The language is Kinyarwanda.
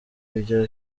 ibya